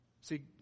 See